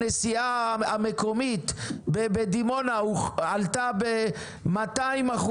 הנסיעה המקומית בדימונה עלתה ב-200%,